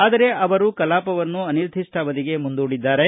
ಆದರೆ ಅವರು ಕಲಾಪವನ್ನು ಅನಿರ್ದಿಷ್ಟಾವಧಿಗೆ ಮುಂದೂಡಿದ್ದಾರೆ